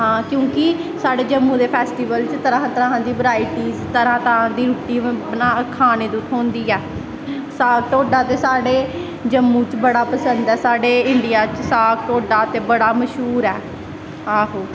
हां क्योंकि साढ़े जम्मू दे फैस्टिवल च तरां तरां दा बराईटीस तरां तरां दी रुट्टी खाने तू थ्होंदी ऐ साग ढोडा ते साढ़े जम्मू च बड़ा पसंद ऐ साढ़े इंडियां च साग ढोडा ते बड़ा मश्हूर ऐ आहो